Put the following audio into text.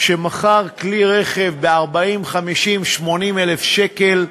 שמכר כלי רכב ב-40,000, 50,000, 80,000 שקל,